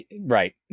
Right